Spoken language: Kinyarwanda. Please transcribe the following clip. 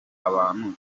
abantu